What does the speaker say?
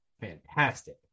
fantastic